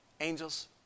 Angels